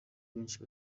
benshi